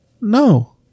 No